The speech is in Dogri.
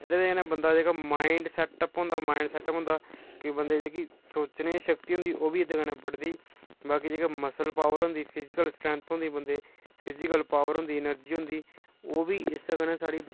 एह्दे कन्नै बंदे दा जेह्का माइंड सैटअप होंदा कि बंदे दी जेह्की सोचने दी शक्ति होंदी ओह् बी एह्दे कन्नै बढ़दी बाकी जेह्की मसल पॉवर होंदी फिजिकल स्ट्रेंथ होंदी बंदे दी जेह्की फिजिकल पॉवर होंदी एनर्जी होंदी ओह् बी इस्सै कन्नै साढ़ी